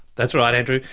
that's right, andrew.